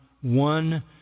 one